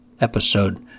episode